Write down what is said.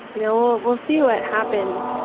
you know, we'll we'll see what happens.